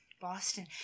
Boston